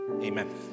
Amen